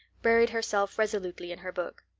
buried herself resolutely in her book.